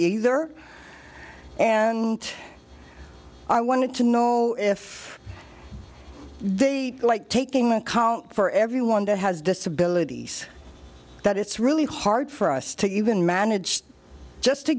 either and i wanted to know if they'd like taking account for everyone to has disability that it's really hard for us to even managed just to